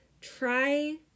Try